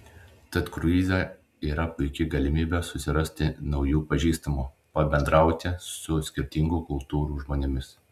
tad kruize yra puiki galimybė susirasti naujų pažįstamų pabendrauti su skirtingų kultūrų žmonėmis